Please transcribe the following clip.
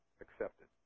accepted